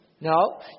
No